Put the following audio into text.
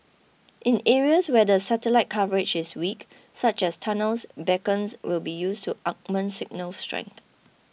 in areas where the satellite coverage is weak such as tunnels beacons will be used to augment signal strength